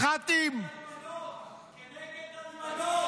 מח"טים -- כנגד אלמנות,